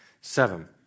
Seven